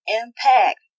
impact